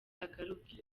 agaruke